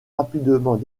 rapidement